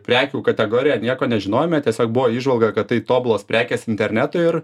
prekių kategoriją nieko nežinojome tiesiog buvo įžvalga kad tai tobulos prekės internetui ir